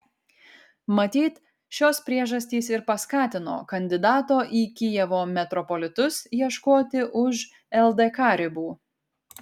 matyt šios priežastys ir paskatino kandidato į kijevo metropolitus ieškoti už ldk ribų